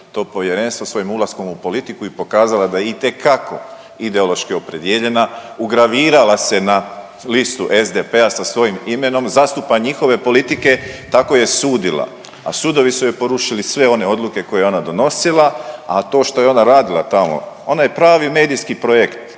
to povjerenstvo svojim ulaskom u politiku i pokazala da je itekako ideološki opredijeljena. Ugravirala se na listu SDP-a sa svojim imenom, zastupa njihove politike, tako je sudila. A sudovi su joj porušili sve one odluke koje je ona donosila, a to što je ona radila tamo. Ona je pravi medijski projekt,